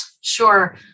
Sure